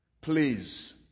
please